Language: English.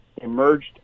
emerged